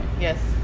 Yes